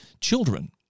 children